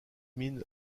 minh